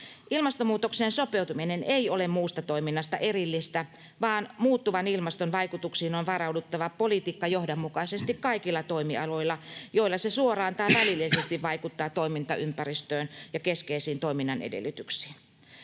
Ilmastonmuutokseen sopeutuminen ei ole muusta toiminnasta erillistä, vaan muuttuvan ilmaston vaikutuksiin on varauduttava politiikkajohdonmukaisesti kaikilla toimialoilla, joilla se suoraan tai välillisesti vaikuttaa toimintaympäristöön ja keskeisiin toiminnan edellytyksiin.